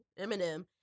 Eminem